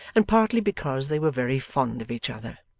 and partly because they were very fond of each other.